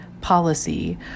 policy